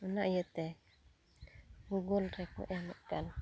ᱚᱱᱟ ᱤᱭᱟᱹᱛᱮ ᱜᱩᱜᱩᱞ ᱨᱮᱠᱚ ᱮᱢᱮᱫᱠᱟᱱ